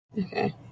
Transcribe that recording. Okay